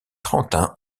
trentin